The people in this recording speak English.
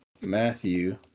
Matthew